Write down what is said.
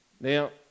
Now